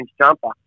jumper